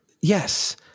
Yes